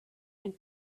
and